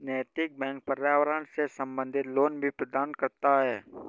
नैतिक बैंक पर्यावरण से संबंधित लोन भी प्रदान करता है